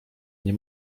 nie